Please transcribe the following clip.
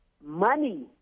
money